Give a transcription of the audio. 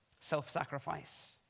Self-sacrifice